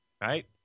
right